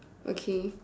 okay